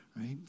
right